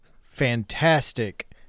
fantastic